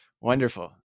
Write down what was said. wonderful